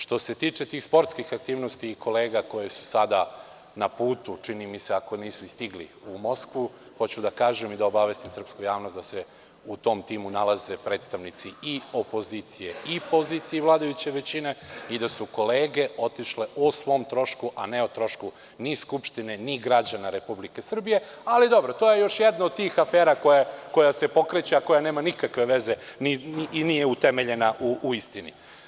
Što se tiče tih sportskih aktivnosti i kolega koje su sada na putu, čini mi se, ako nisu i stigli u Moskvu, hoću da kažem i da obavestim srpsku javnost da se u tom timu nalaze predstavnici i opozicije i pozicije, vladajuće većine, i da su kolege otišle o svom trošku, a ne o trošku ni Skupštine, ni građana Republike Srbije, ali dobro, to je još jedna od tih afera koja se pokreće, a koja nema nikakve veze i nije utemeljena u istini.